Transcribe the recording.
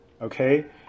okay